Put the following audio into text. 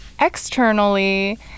externally